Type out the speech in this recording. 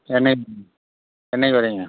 என்னைக்குங்க என்னைக்கு வர்றிங்க